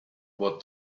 what